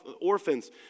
orphans